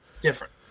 different